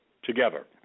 Together